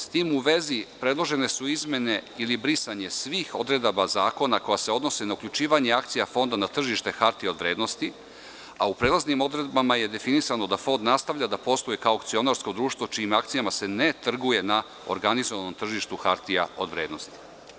S tim u vezi predložene su izmene ili brisanje svih odredaba zakona koja se odnose na uključivanje akcija fonda na tržište hartija od vrednosti, a u prelaznim odredbama je definisano da fond nastavlja da posluje kao akcionarsko društvo čijim akcijama se ne trguje na organizovanom tržištu hartija od vrednosti.